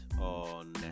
on